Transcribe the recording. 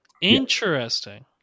Interesting